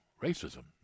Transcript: racism